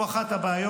הוא אחד הבעיות.